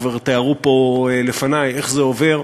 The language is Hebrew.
וכבר תיארו פה לפני איך זה עובר,